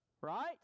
right